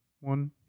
one